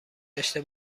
داشته